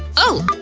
oh!